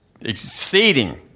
exceeding